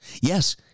Yes